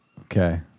Okay